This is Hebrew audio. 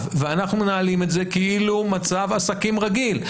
ואנחנו מנהלים את זה כאילו מצב עסקים רגיל.